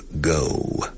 go